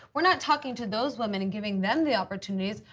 we're not talking to those women and giving them the opportunities.